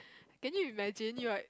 can you imaging you are